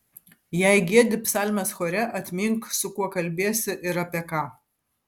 jei giedi psalmes chore atmink su kuo kalbiesi ir apie ką